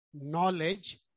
knowledge